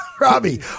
Robbie